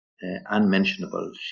unmentionable